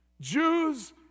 Jews